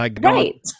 Right